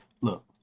look